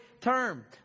term